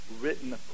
written